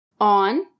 On